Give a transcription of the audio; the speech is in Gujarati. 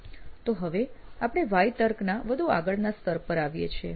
તો હવે આપણે વ્હાય તર્કના વધુ આગળના સ્તર પર આવીએ છીએ